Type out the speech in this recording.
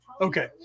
okay